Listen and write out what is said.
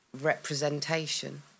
representation